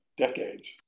decades